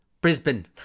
Brisbane